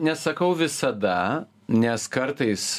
nesakau visada nes kartais